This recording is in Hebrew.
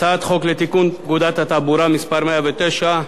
הצעת חוק לתיקון פקודת התעבורה (מס' 109),